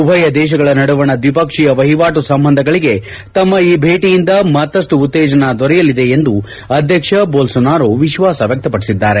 ಉಭಯ ದೇಶಗಳ ನಡುವಣ ದ್ರಿಪಕ್ಷೀಯ ವಹಿವಾಟು ಸಂಬಂಧಗಳಿಗೆ ತಮ್ಮ ಈ ಭೇಟಿಯಿಂದ ಮತ್ತಷ್ಟು ಉತ್ತೇಜನ ದೊರೆಯಲಿದೆ ಎಂದು ಅಧ್ಯಕ್ಷ ಬೋಲೋನಾರೋ ವಿಶ್ವಾಸ ವ್ಯಕ್ತಪಡಿಸಿದ್ದಾರೆ